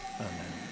Amen